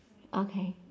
okay